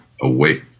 away